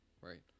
right